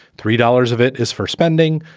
three dollars of it is for spending,